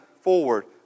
forward